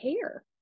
care